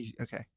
Okay